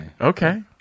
Okay